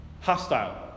hostile